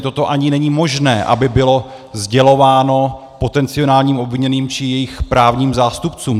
Toto ani není možné, aby bylo sdělováno potenciálním obviněným či jejich právním zástupců.